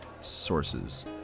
sources